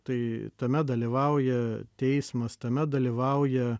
tai tame dalyvauja teismas tame dalyvauja